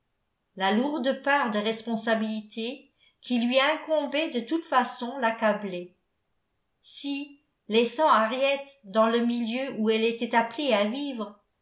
la lourde part de responsabilité qui lui incombait de toute façon l'accablait si laissant henriette dans le milieu où elle était appelée à vivre